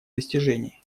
достижений